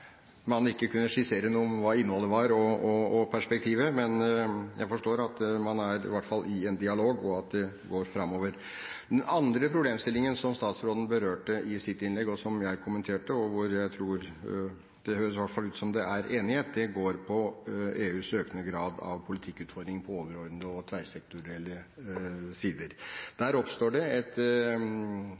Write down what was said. man ikke kunne skissere noe om hva innholdet og perspektivet var, forstår jeg at man i hvert fall er i en dialog, og at det går framover. Den andre problemstillingen som statsråden berørte i sitt innlegg, og som jeg kommenterte, og hvor det i hvert fall høres ut som det er enighet, går på EUs økende grad av politikkutforming på overordnede og tverrsektorielle områder. Der oppstår det